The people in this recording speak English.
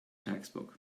textbook